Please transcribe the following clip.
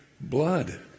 blood